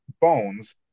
Bones